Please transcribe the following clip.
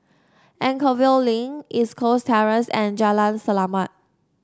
Anchorvale Link East Coast Terrace and Jalan Selamat